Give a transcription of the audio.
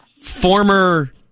former